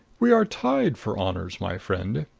we are tied for honors, my friend.